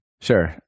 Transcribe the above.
Sure